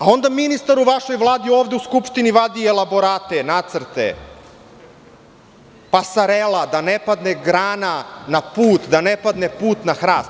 Onda ministar u vašoj Vladi ove u Skupštini vadi elaborate, nacrte, pasarela, da ne padne grana na put, da ne padne put na hrast.